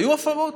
היו הפרות.